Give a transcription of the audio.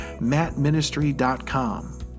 mattministry.com